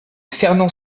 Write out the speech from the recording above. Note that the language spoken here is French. fernand